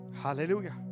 Hallelujah